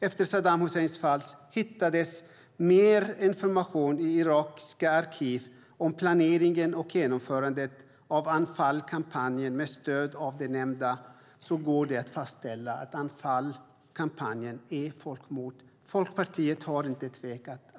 Efter Saddam Husseins fall hittades mer information i irakiska arkiv om planeringen och genomförandet av Anfalkampanjen. Med stöd av det nämnda går det att fastställa att Anfalkampanjen är folkmord. Folkpartiet har inte tvekat.